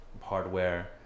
hardware